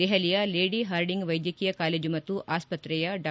ದೆಹಲಿಯ Lady Hardinge ವೈದ್ಯಕೀಯ college ಮತ್ತು ಆಸ್ತತೆಯ ಡಾ